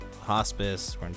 hospice